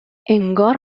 انگار